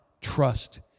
trust